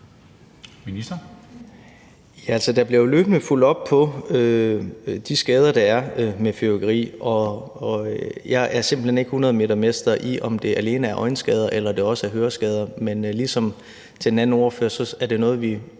Kollerup): Altså, der bliver jo løbende fulgt op på de skader, der skyldes fyrværkeri, men jeg er simpelt hen ikke ekspert i, om det alene er øjenskader eller det også er høreskader. Men ligesom til den anden ordfører vil jeg sige, at